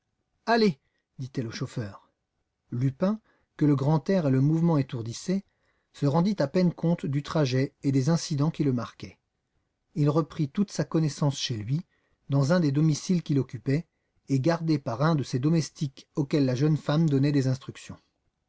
allez dit-elle au chauffeur lupin que le grand air et le mouvement étourdissaient se rendit à peine compte du trajet et des incidents qui le marquaient il reprit toute sa connaissance chez lui dans un des domiciles qu'il occupait et gardé par un de ses domestiques auquel la jeune femme donnait des instructions